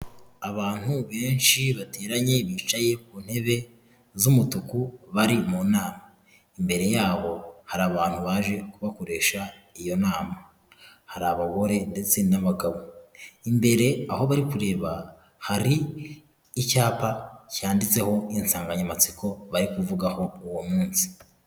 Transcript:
Abantu benshi, bateranye, bicaye ku ntebe z'umutuku, bari mu nama, imbere yabo hari abantu baje kubakoresha iyo nama, hari abagore ndetse n'abagabo, imbere aho bari kureba, hari icyapa yanditseho insanganyamatsiko bari kuvugaho uwo munsi.